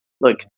Look